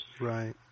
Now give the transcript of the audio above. Right